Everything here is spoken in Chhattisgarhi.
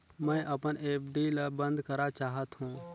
मैं अपन एफ.डी ल बंद करा चाहत हों